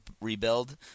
rebuild